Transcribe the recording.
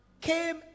came